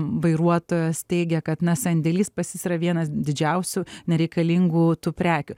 vairuotojas teigia kad na sandėlys pas jus yra vienas didžiausių nereikalingų tų prekių